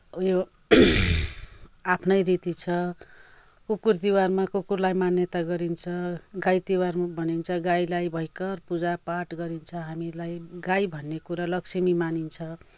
यो आफ्नै रीति छ कुकुर तिहारमा कुकुरलाई मान्यता गरिन्छ गाई तिहार भनिन्छ गाईलाई भयङ्कर पूजा पाठ गरिन्छ हामीलाई गाई भन्ने कुरा लक्ष्मी मानिन्छ